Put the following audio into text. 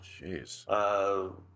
Jeez